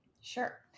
Sure